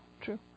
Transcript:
true